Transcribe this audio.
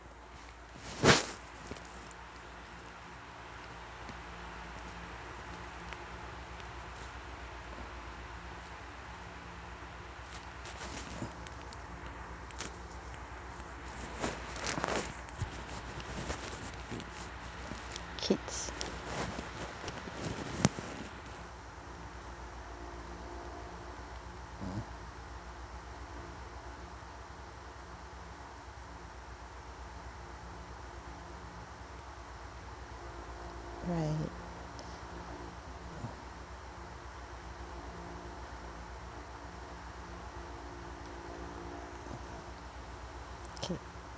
kids right K